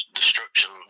destruction